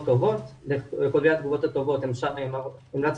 טובות ולכותבי התגובות הטובות המלצנו